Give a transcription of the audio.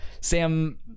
Sam